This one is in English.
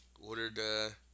ordered